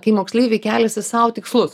kai moksleiviai keliasi sau tikslus